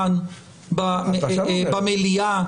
במליאה,